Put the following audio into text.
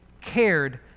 cared